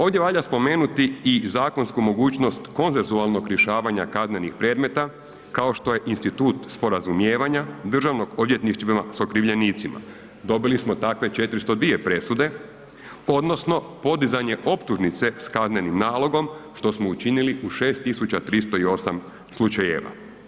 Ovdje valja spomenuti i zakonsku mogućnost konsensualnog rješavanja kaznenih predmeta kao što je institut sporazumijevanja državnog odvjetništva s okrivljenicima, dobili smo takve 402 presude odnosno podizanje optuženice s kaznenim nalogom što smo učinili u 6308 slučajeva.